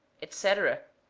etc,